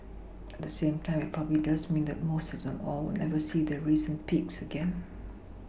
at the same time it probably does mean that most if not all will never see their recent peaks again